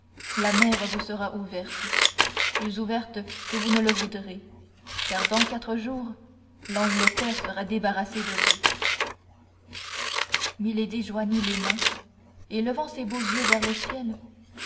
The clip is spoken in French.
la mer vous sera ouverte plus ouverte que vous ne le voudrez car dans quatre jours l'angleterre sera débarrassée de vous milady joignit les mains et levant ses beaux yeux vers le ciel